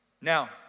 Now